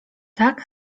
tak